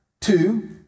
two